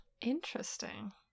Interesting